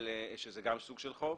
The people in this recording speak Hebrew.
שזה גם סוג של חוב.